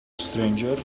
stranger